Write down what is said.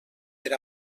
per